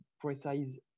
precise